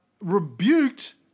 rebuked